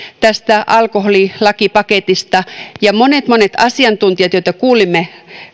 tästä alkoholilakipaketista ja monet monet asiantuntijat joita kuulimme